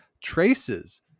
traces